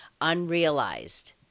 unrealized